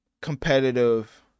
competitive